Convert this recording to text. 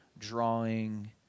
drawing